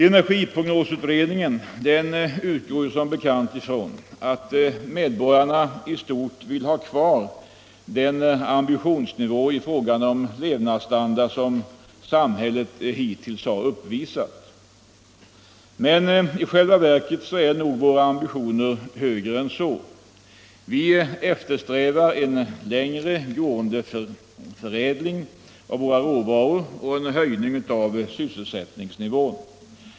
Energiprognosutredningen utgår som bekant från att medborgarna i stort vill ha kvar den ambitionsnivå i fråga om levnadsstandard som samhället hittills har uppvisat. Men i själva verket är nog våra ambitioner högre än så. Vi eftersträvar en längre gående förädling av våra råvaror och en höjning av sysselsättningsnivån.